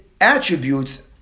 attributes